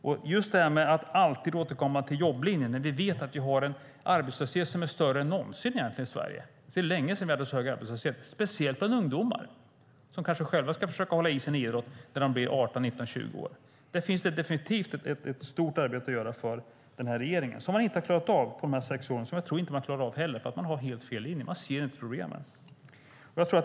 Ni återkommer alltid till jobblinjen fast vi vet att vi har en arbetslöshet som är större än någonsin i Sverige. Det är länge sedan vi hade en så hög arbetslöshet, speciellt bland ungdomar som kanske själva ska försöka hålla sig kvar i sin idrott när de blir 18-20 år. Där finns det definitivt ett stort arbete att göra för den här regeringen som man inte har klarat av på sex år. Jag tror inte att man kommer att klara av det heller, därför att man har helt fel linje. Man ser inte problemen.